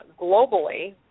globally